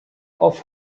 auf